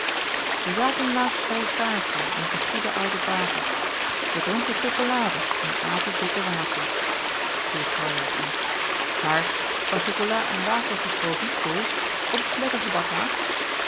wij zaten laatst bij saartje onze goede oude baker wij dronken chokolade en aten dikke wafels viel galjart in maar van chocolaad en wafels gesproken bol komt het lettergebak haast